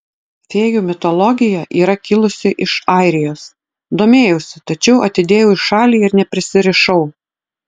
fėjų mitologija yra kilusi iš airijos domėjausi tačiau atidėjau į šalį ir neprisirišau